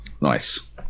Nice